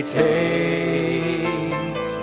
take